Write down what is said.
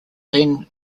then